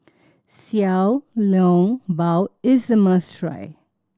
Xiao Long Bao is a must try